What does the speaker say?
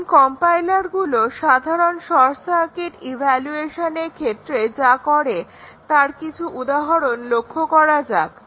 এখন কম্পাইলারগুলো সাধারণ শর্টসার্কিট ইভালুয়েশনের ক্ষেত্রে যা করে তার কিছু উদাহরণ লক্ষ্য করা যাক